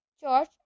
George